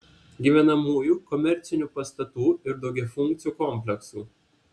gyvenamųjų komercinių pastatų ir daugiafunkcių kompleksų